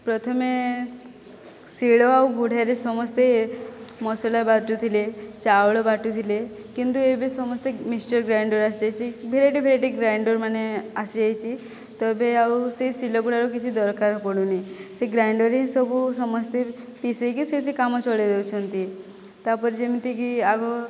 ପ୍ରଥମେ ଶିଳ ଆଉ ଗୁଡ଼ାରେ ସମସ୍ତେ ମସଲା ବାଟୁଥିଲେ ଚାଉଳ ବାଟୁଥିଲେ କିନ୍ତୁ ଏବେ ସମସ୍ତେ ମିକ୍ସଚର ଗ୍ରାଇଣ୍ଡର ଆସି ଯାଇଛି ଭେରାଇଟି ଭେରାଇଟି ଗ୍ରାଇଣ୍ଡର ମାନେ ଆସି ଯାଇଛି ତ ଏବେ ଆଉ ସେ ଶିଳ ଗୁଡ଼ାର କିଛି ଦରକାର ପଡ଼ୁନି ସେ ଗ୍ରାଇଣ୍ଡର ହିଁ ସବୁ ସମସ୍ତେ ପିଷେଇକି ସେ ବି କାମ ଚଳେଇ ଦେଉଛନ୍ତି ତା'ପରେ ଯେମିତିକି ଆଗ